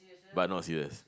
but no serious